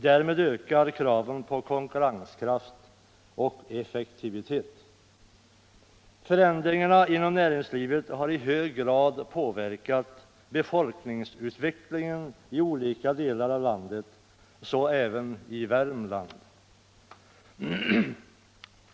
Därmed ökar kraven på konkurrenskraft och effektivitet. Förändringarna inom näringslivet har i hög grad påverkat befolkningsutvecklingen i olika delar av landet — så även i Värmland.